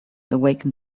awaken